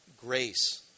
grace